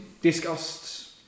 discussed